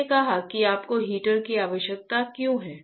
मैंने कहा कि आपको हीटर की आवश्यकता क्यों है